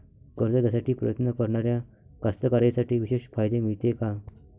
कर्ज घ्यासाठी प्रयत्न करणाऱ्या कास्तकाराइसाठी विशेष फायदे मिळते का?